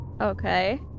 Okay